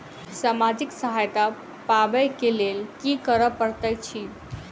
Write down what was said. सामाजिक सहायता पाबै केँ लेल की करऽ पड़तै छी?